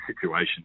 situation